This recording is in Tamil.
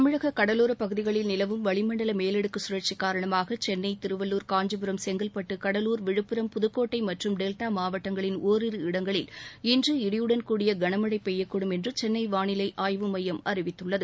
தமிழக கடலோரப் பகுதிகளில் நிலவும் வளிமண்டல மேலடுக்கு கழற்சி காரணமாக சென்னை திருவள்ளூர் காஞ்சிபுரம் செங்கல்பட்டு கடலூர் விழுப்புரம் புதுக்கோட்டை மற்றும் டெல்டா மாவட்டங்களில் ஓரிரு இடங்களில் இன்று இடியுடன் கூடிய களமழை பெய்யக்கூடும் என்று சென்னை வானிலை ஆய்வு மையம் அறிவித்துள்ளது